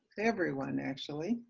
everyone, actually.